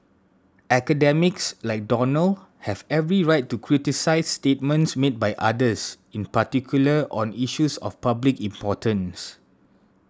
academics like Donald have every right to criticise statements made by others in particular on issues of public importance